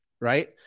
right